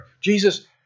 Jesus